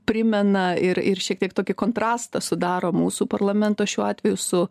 primena ir ir šiek tiek tokį kontrastą sudaro mūsų parlamento šiuo atveju su